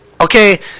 okay